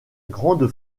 grande